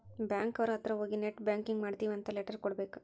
bank ಅವ್ರ ಅತ್ರ ಹೋಗಿ ನೆಟ್ ಬ್ಯಾಂಕಿಂಗ್ ಮಾಡ್ತೀವಿ ಅಂತ ಲೆಟರ್ ಕೊಡ್ಬೇಕು